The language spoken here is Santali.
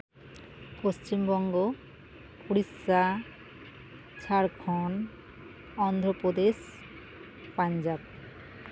ᱯᱚᱪᱷᱤᱢ ᱵᱚᱝᱜᱚ ᱳᱰᱤᱥᱟ ᱡᱷᱟᱲᱠᱷᱚᱸᱰ ᱚᱱᱫᱷᱨᱚᱯᱨᱚᱫᱮᱥ ᱯᱟᱧᱡᱟᱵ